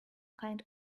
kind